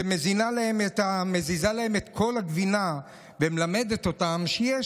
שמזיזה להם את כל הגבינה ומלמדת אותם שיש